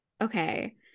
okay